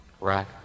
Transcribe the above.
Right